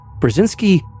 Brzezinski